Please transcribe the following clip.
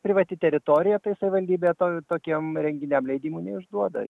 privati teritorija tai savivaldybė to tokiem renginiam leidimų neišduoda